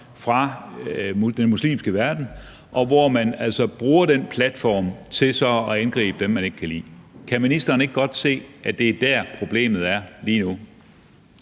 fra den muslimske verden, og hvor man altså bruger den platform til så at angribe dem, man ikke kan lide. Kan ministeren ikke godt se, at det er der, problemet er lige nu?